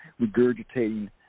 regurgitating